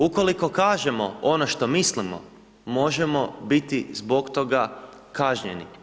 Ukoliko kažemo ono što mislimo možemo biti zbog toga kažnjeni.